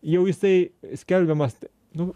jau jisai skelbiamas nu